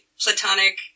platonic